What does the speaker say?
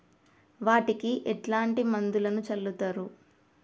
వాటికి ఎట్లాంటి మందులను చల్లుతరు?